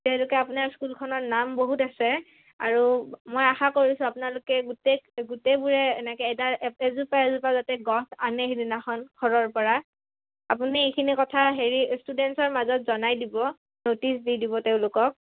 তেওঁলোকে আপোনাৰ স্কুলখনৰ নাম বহুত আছে আৰু মই আশা কৰিছোঁ আপোনালোকে গোটেই গোটেইবোৰে এনেকৈ এডাল এজোপা এজোপা যাতে গছ আনে সেইদিনাখন ঘৰৰ পৰা আপুনি এইখিনি কথা হেৰি ষ্টুডেণ্টছৰ মাজত জনাই দিব ন'টিছ দি দিব তেওঁলোকক